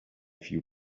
few